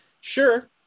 sure